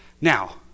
Now